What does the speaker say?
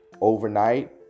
overnight